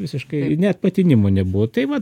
visiškai net patinimo nebuvo tai vat